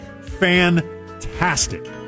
fantastic